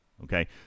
Okay